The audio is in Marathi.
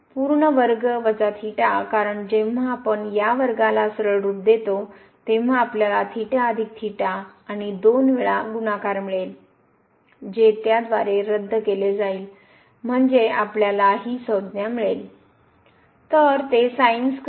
पूर्ण वर्ग वजा कारण जेव्हा आपण हा वरगाला सरळरूप देतो तेव्हा आपल्याला आणि 2 वेळा गुणाकार मिळेल जे त्याद्वारे रद्द केले जाईल म्हणजे आपल्याला ही संज्ञा मिळेल